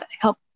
help